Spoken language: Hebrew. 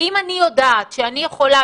ואם אני יודעת שאני יכולה,